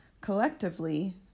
collectively